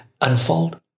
unfold